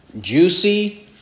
juicy